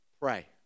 Pray